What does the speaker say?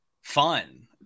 fun